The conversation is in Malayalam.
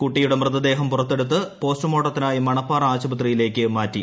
കുട്ടിയുടെ മൃതദേഹം പുറത്തെടുത്ത് പോസ്റ്റ്മേഴ്ർട്ടത്തിനായി മണപ്പാറ ആശുപത്രിയിലേക്ക് മാറ്റി